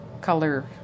color